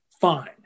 Fine